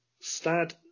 Stad